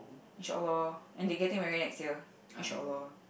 shocked lor and they getting married next year shocked lor